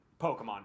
Pokemon